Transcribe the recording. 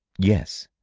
yes.